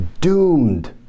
doomed